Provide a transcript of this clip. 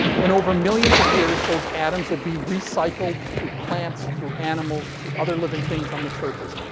and, over millions of years, those atoms will be recycled through plants, through animals, through other living things on the surface.